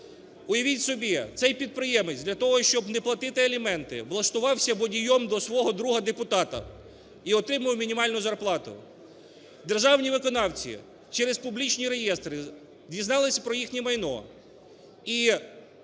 Уявіть собі, цей підприємець для того, щоб не платити аліменти, влаштувався водієм до свого друга-депутата і отримував мінімальну зарплату. Державні виконавці через публічні реєстри дізналися про їхнє майно і нарахували